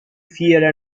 fear